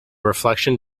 reflection